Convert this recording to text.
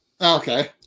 Okay